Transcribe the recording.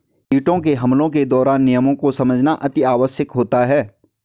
कीटों के हमलों के दौरान नियमों को समझना अति आवश्यक होता है